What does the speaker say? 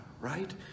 right